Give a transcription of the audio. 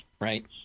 Right